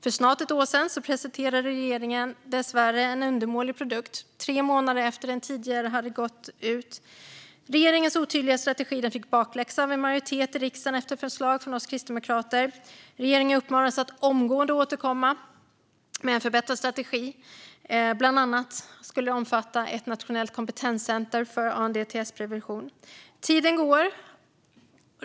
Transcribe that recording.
För snart ett år sedan presenterade regeringen dessvärre en undermålig produkt tre månader efter att den tidigare strategin hade gått ut. Regeringens otydliga strategi fick bakläxa av en majoritet i riksdagen efter förslag från oss kristdemokrater. Regeringen uppmanades att omgående återkomma med en förbättrad strategi som bland annat skulle omfatta ett nationellt kompetenscenter för ANDTS-prevention. Tiden går.